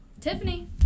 Tiffany